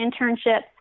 internships